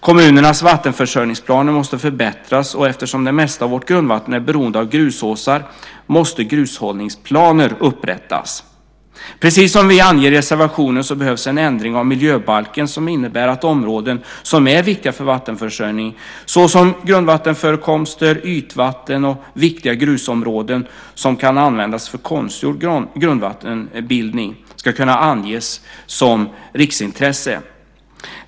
Kommunernas vattenförsörjningsplaner måste förbättras och eftersom det mesta av vårt grundvatten är beroende av grusåsar måste grushållningsplaner upprättas. Precis som vi anger i reservationen behövs en ändring av miljöbalken som innebär att områden som är viktiga för vattenförsörjning såsom grundvattenförekomster, ytvatten och viktiga grusområden som kan användas för konstgjord grundvattenbildning ska kunna anges som riksintresse.